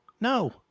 no